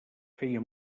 feia